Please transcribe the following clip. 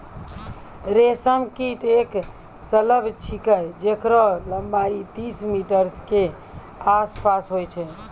रेशम कीट एक सलभ छिकै जेकरो लम्बाई तीस मीटर के आसपास होय छै